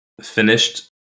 finished